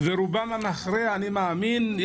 ולרובם יש פנים,